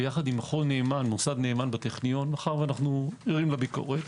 ביחד עם מוסד נאמן בטכניון מאחר שנאו ערים לביקורת,